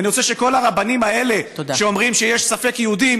ואני רוצה שכל הרבנים האלה שאומרים שיש ספק-יהודים